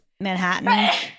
manhattan